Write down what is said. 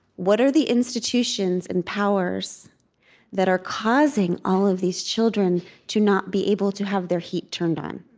what are the institutions and powers that are causing all of these children to not be able to have their heat turned on?